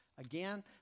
Again